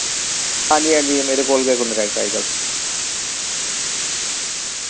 हांजी हांजी मेरे कोल गै कोंट्रैक्ट ऐ अजकल्ल